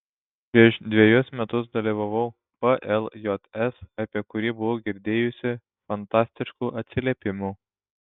prieš dvejus metus dalyvavau pljs apie kurį buvau girdėjusi fantastiškų atsiliepimų